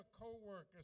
co-workers